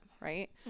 right